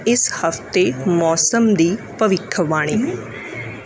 ਇਸ ਹਫ਼ਤੇ ਮੌਸਮ ਦੀ ਭਵਿੱਖਬਾਣੀ